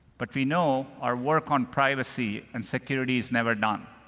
but we know our work on privacy and security is never done.